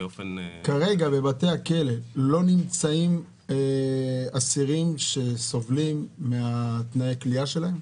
כרגע בבתי הכלא לא נמצאים אסירים שסובלים מתנאי הכליאה שלהם?